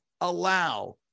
allow